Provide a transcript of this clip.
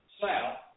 south